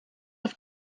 auf